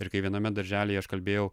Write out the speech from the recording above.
ir kai viename darželyje aš kalbėjau